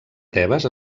tebes